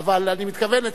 אבל אני מתכוון,